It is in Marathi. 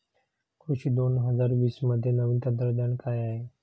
कृषी दोन हजार वीसमध्ये नवीन तंत्रज्ञान काय आहे?